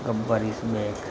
Gabbar is back